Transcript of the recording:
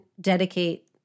dedicate